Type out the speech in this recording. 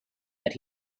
that